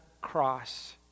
cross